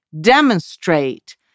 demonstrate